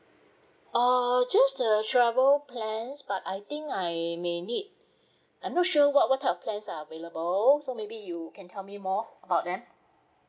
err just the travel plans but I think I may need I'm not sure what what the plans are available so maybe you can tell me more about them